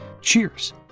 Cheers